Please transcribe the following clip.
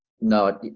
No